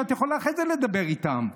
את יכולה אחרי זה לדבר איתם.